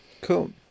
Cool